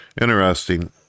Interesting